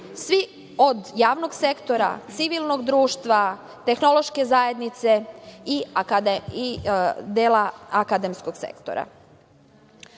svi od javnog sektora, civilnog društva, tehnološke zajednice i dela akademskog sektora.U